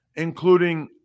including